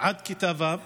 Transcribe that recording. עד כיתה ו',